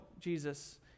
Jesus